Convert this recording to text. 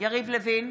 יריב לוין,